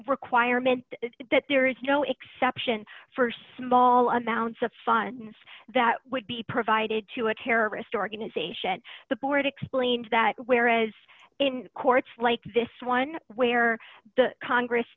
requirement that there is no exception for small amounts of funds that would be provided to a terrorist organization the board explained that whereas in courts like this one where the congress